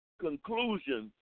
conclusion